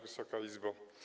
Wysoka Izbo!